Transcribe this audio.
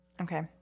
Okay